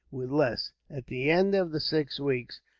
with less. at the end of the six weeks,